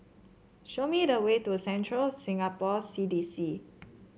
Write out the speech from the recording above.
show me the way to Central Singapore C D C